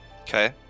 Okay